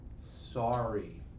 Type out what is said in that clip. Sorry